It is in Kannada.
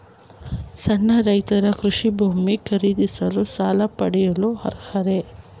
ಸಣ್ಣ ರೈತರು ಕೃಷಿ ಭೂಮಿ ಖರೀದಿಸಲು ಸಾಲ ಪಡೆಯಲು ಅರ್ಹರೇ?